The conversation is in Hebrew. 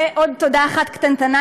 ועוד תודה אחת קטנטנה,